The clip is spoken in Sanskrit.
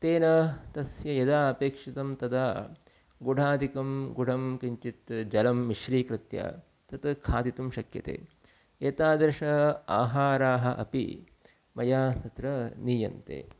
तेन तस्य यदा अपेक्षितं तदा गुडादिकं गुडं किञ्चित् जलं मिश्रीकृत्य तत् खादितुं शक्यते एतादृशाः आहाराः अपि मया तत्र नीयन्ते